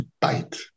bite